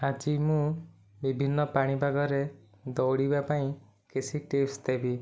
ଆଜି ମୁଁ ବିଭିନ୍ନ ପାଣିପାଗରେ ଦୌଡ଼ିବା ପାଇଁ କିଛି ଟିପ୍ସ ଦେବି